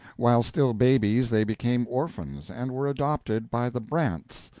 while still babies they became orphans, and were adopted by the brants,